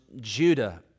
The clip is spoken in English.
Judah